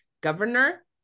governor